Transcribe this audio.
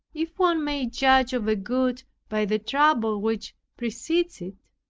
if one may judge of a good by the trouble which precedes it,